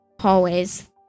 hallways